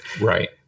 Right